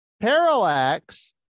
Parallax